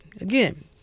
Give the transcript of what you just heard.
again